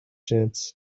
chance